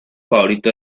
favorito